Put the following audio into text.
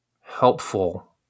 helpful